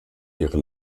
ihre